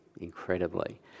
incredibly